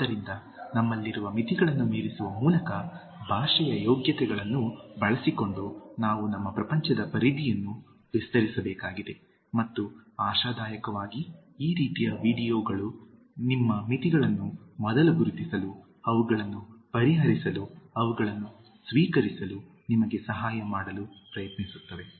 ಆದ್ದರಿಂದ ನಮ್ಮಲ್ಲಿರುವ ಮಿತಿಗಳನ್ನು ಮೀರಿಸುವ ಮೂಲಕ ಭಾಷೆಯ ಯೋಗ್ಯತೆಗಳನ್ನು ಬಳಸಿಕೊಂಡು ನಾವು ನಮ್ಮ ಪ್ರಪಂಚದ ಪರಿಧಿಯನ್ನು ವಿಸ್ತರಿಸಬೇಕಾಗಿದೆ ಮತ್ತು ಆಶಾದಾಯಕವಾಗಿ ಈ ರೀತಿಯ ವೀಡಿಯೊಗಳು ನಿಮ್ಮ ಮಿತಿಗಳನ್ನು ಮೊದಲು ಗುರುತಿಸಲು ಅವುಗಳನ್ನು ಪರಿಹರಿಸಲು ಅವುಗಳನ್ನು ಸ್ವೀಕರಿಸಲು ನಿಮಗೆ ಸಹಾಯ ಮಾಡಲು ಪ್ರಯತ್ನಿಸುತ್ತವೆ